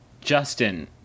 Justin